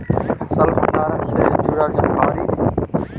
फसल भंडारन से जुड़ल जानकारी?